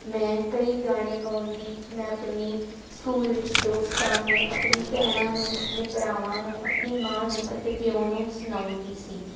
ਮੈਂ ਕਈ ਗਾਣੇ ਗਾਉਂਦੀ ਮੈਂ ਆਪਣੀ ਸਕੂਲ ਵਿੱਚ ਦੋਸਤਾਂ ਨੂੰ ਆਪਣੀ ਭੈਣਾਂ ਨੂੰ ਆਪਣੇ ਭਰਾਵਾਂ ਨੂੰ ਆਪਣੀ ਮਾਂ ਨੂੰ ਅਤੇ ਪਿਉ ਨੂੰ ਸੁਣਾਉਂਦੀ ਸੀ